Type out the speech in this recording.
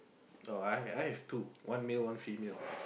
oh I I have two one male one female